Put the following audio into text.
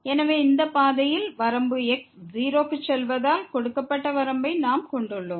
எனவே இந்தப் பாதையில் வரம்பு x 0 க்கு செல்வதால் கொடுக்கப்பட்ட வரம்பை நாம் கொண்டுள்ளோம்